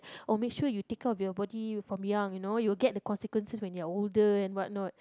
oh make sure you take care of your body from young you know you will get the consequences when you are older and what not